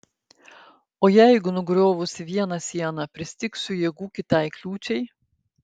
o jeigu nugriovusi vieną sieną pristigsiu jėgų kitai kliūčiai